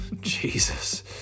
Jesus